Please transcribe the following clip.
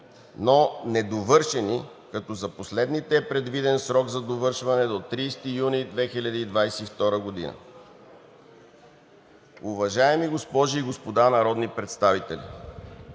са недовършени, като за последните е предвиден срок за довършване до 30 юни 2022 г. Уважаеми госпожи и господа народни представители,